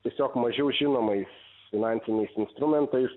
tiesiog mažiau žinomais finansiniais instrumentais